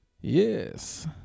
yes